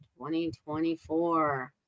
2024